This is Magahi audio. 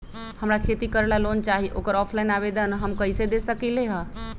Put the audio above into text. हमरा खेती करेला लोन चाहि ओकर ऑफलाइन आवेदन हम कईसे दे सकलि ह?